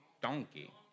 donkey